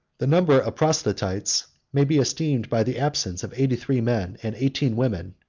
the number of proselytes may be esteemed by the absence of eighty-three men and eighteen women,